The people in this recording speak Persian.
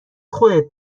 خودت